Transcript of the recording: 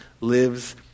lives